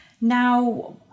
Now